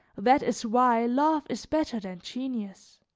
that is why love is better than genius.